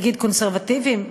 נגיד קונסרבטיביים,